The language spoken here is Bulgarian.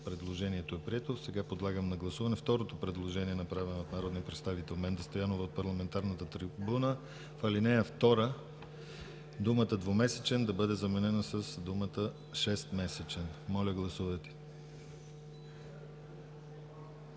Предложението е прието. Подлагам на гласуване второто предложение, направено от народния представител Менда Стоянова от парламентарната трибуна: в ал. 2 думата „двумесечен“ да бъде заменена с думата „шестмесечен“. Гласували